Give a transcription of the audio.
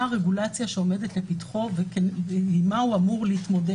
הרגולציה שעומדת לפתחו ועם מה הוא אמור להתמודד.